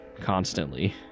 constantly